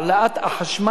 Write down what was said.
להעלאת מחיר החשמל,